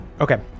Okay